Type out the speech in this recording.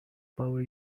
power